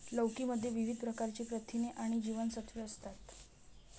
लौकी मध्ये विविध प्रकारची प्रथिने आणि जीवनसत्त्वे असतात